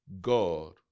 God